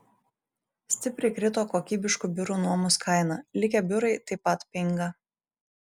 stipriai krito kokybiškų biurų nuomos kaina likę biurai taip pat pinga